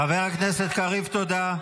--- חבר הכנסת קריב, תודה.